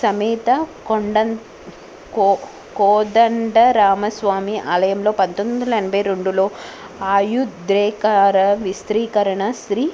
సమేత కొండన్ కోదండ రామస్వామి ఆలయంలో పంతొమ్మిది వందల ఎనభై రెండులో ఆయుద్రేకార విస్త్రీకరణ శ్రీ